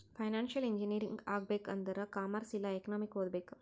financial engineering ಆಗ್ಬೇಕ್ ಆಂದುರ್ commerce ಇಲ್ಲಾ ಎಕನಾಮಿಕ್ ಓದ್ಬೇಕ್